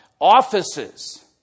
offices